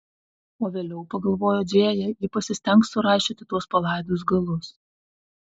o vėliau pagalvojo džėja ji pasistengs suraišioti tuos palaidus galus